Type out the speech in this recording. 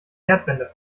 kehrtwende